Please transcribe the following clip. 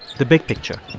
the big picture